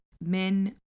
men